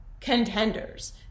contenders